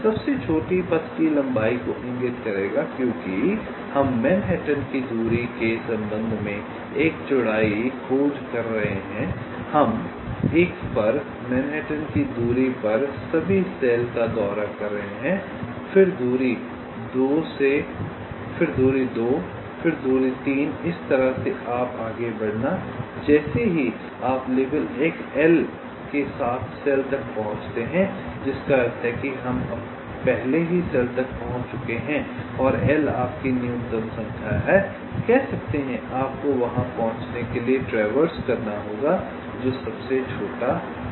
तो L सबसे छोटी पथ की लंबाई को इंगित करेगा क्योंकि हम मैनहट्टन की दूरी के संबंध में एक चौड़ाई खोज कर रहे हैं हम 1 पर मैनहट्टन की दूरी पर सभी सेल का दौरा कर रहे हैं फिर दूरी 2 फिर दूरी 3 इस तरह से आप आगे बढ़ना जैसे ही आप लेबल L के साथ सेल तक पहुँचते हैं जिसका अर्थ है कि हम पहले ही सेल तक पहुँच चुके हैं और L आपकी न्यूनतम संख्या है कह सकते हैं कि आपको वहाँ पहुँचने के लिए ट्रैवर्स करना होगा जो सबसे छोटा रास्ता है